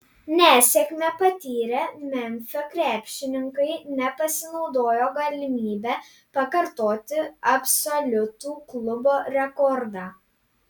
nesėkmę patyrę memfio krepšininkai nepasinaudojo galimybe pakartoti absoliutų klubo rekordą